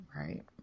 right